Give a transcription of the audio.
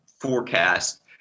forecast